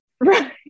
right